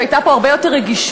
כשהיו פה הרבה יותר רגישות,